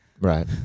right